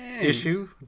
issue